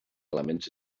elements